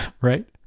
right